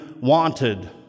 wanted